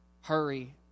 Hurry